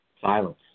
Silence